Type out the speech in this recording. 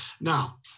Now